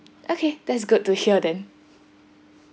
okay that's good to hear then